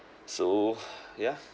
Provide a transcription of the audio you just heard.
so ya